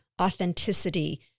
authenticity